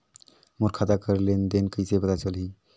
मोर खाता कर लेन देन कइसे पता चलही?